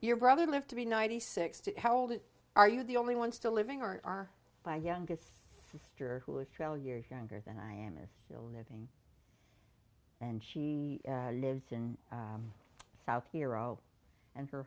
your brother lived to be ninety six to how old are you the only one still living are by youngest sister who is trail years younger than i am a still living and she lives in south hero and her